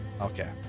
Okay